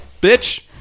bitch